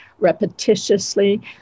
repetitiously